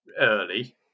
early